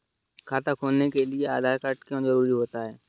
खाता खोलने के लिए आधार कार्ड क्यो जरूरी होता है?